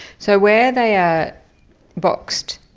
so where they are boxed,